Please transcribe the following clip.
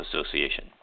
Association